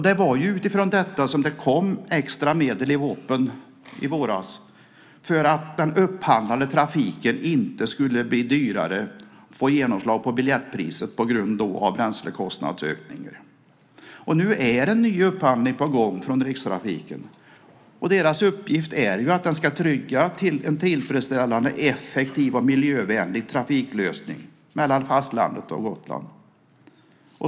Det var utifrån detta som det kom extra medel i vårpropositionen i våras för att den upphandlande trafiken inte skulle bli dyrare och få genomslag på biljettpriser på grund av bränslekostnadsökningen. Nu är det en ny upphandling på gång från Rikstrafiken. Deras uppgift är att trygga en tillfredsställande, effektiv och miljövänlig trafiklösning mellan fastlandet och Gotland.